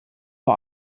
vor